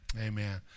Amen